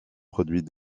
produit